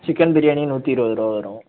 chicken biryani நூற்றி இருபது ருபா வரும்